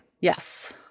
Yes